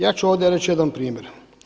Ja ću ovdje reći jedan primjer.